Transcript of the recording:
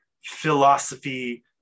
philosophy